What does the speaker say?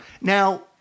Now